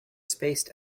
spaced